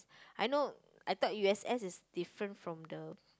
I know I thought U_S_S is different from the